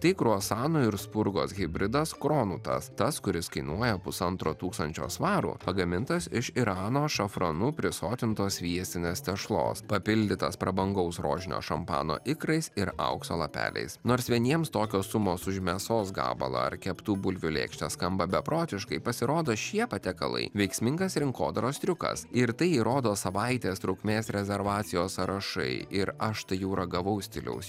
tai kruasano ir spurgos hibridas kronutas tas kuris kainuoja pusantro tūkstančio svarų pagamintas iš irano šafranu prisotintos sviestinės tešlos papildytas prabangaus rožinio šampano ikrais ir aukso lapeliais nors vieniems tokios sumos už mėsos gabalą ar keptų bulvių lėkštę skamba beprotiškai pasirodo šie patiekalai veiksmingas rinkodaros triukas ir tai įrodo savaitės trukmės rezervacijos sąrašai ir aš tai jau ragavau stiliaus